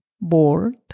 board